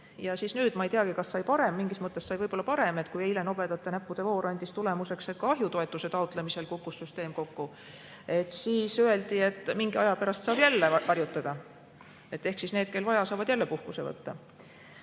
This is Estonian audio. etteheiteid. Ma ei teagi, kas sai parem. Mingis mõttes sai võib-olla parem. Kui eile nobedate näppude voor andis tulemuseks, et ka ahjutoetuse taotlemisel kukkus süsteem kokku, siis öeldi, et mingi aja pärast saab jälle harjutada. Ehk need, kel vaja, saavad jälle puhkuse võtta.